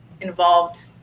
involved